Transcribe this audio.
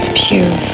pure